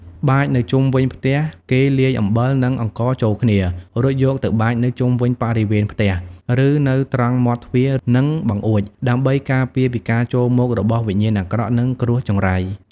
បាចនៅជុំវិញផ្ទះគេលាយអំបិល និងអង្ករចូលគ្នា រួចយកទៅបាចនៅជុំវិញបរិវេណផ្ទះ ឬនៅត្រង់មាត់ទ្វារ និងបង្អួច ដើម្បី ការពារពីការចូលមករបស់វិញ្ញាណអាក្រក់ និងគ្រោះចង្រៃ។